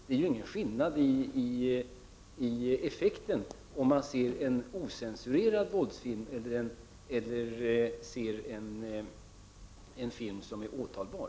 Det är ingen skillnad i effekt om man tittar på en ocensurerad våldsfilm eller ser en film som är åtalbar.